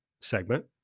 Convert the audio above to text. segment